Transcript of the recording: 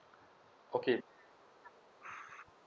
okay